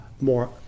more